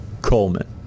Coleman